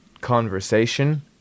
conversation